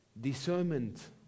Discernment